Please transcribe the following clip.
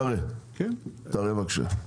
תראה, בבקשה.